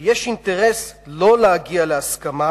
כי יש אינטרס שלא להגיע להסכמה,